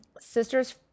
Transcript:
sister's